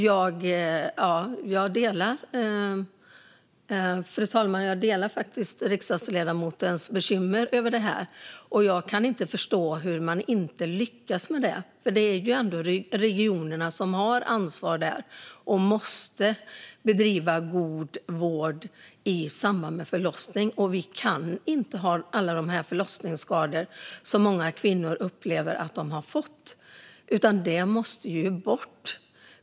Jag delar riksdagsledamotens bekymmer över det här. Jag kan inte förstå hur man inte lyckas med detta. Det är ju ändå regionerna som har ansvar och måste bedriva god vård i samband med förlossning. Vi kan inte ha alla de här förlossningsskadorna som många kvinnor upplever att de har fått. Detta måste bort.